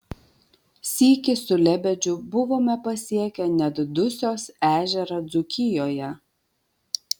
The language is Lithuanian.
sykį su lebedžiu buvome pasiekę net dusios ežerą dzūkijoje